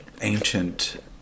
Ancient